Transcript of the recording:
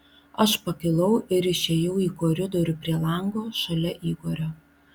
aš pakilau ir išėjau į koridorių prie lango šalia igorio